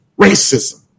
racism